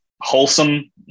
wholesome